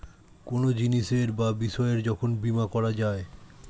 কোনো জিনিসের বা বিষয়ের যখন বীমা করা যায়